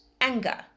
anger